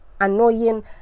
annoying